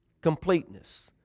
completeness